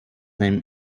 name